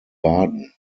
baden